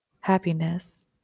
happiness